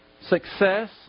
success